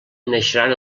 naixeran